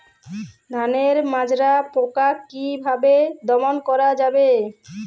ধানের মাজরা পোকা কি ভাবে দমন করা যাবে?